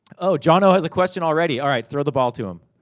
oh, jon o. has a question already. alright, throw the ball to him.